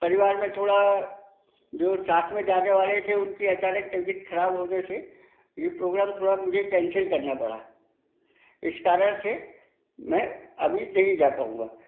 परिवार में थोड़ा जो साथ में जाने वाले थे उनकी अचानक तबियत ख़राब होने से ये प्रोग्राम थोड़ा मुझे कैंसिल करना पड़ा इस कारण से मैं अभी नही जा पाऊँगा